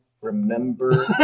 remember